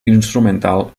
instrumental